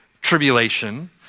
tribulation